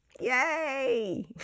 Yay